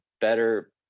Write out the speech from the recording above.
better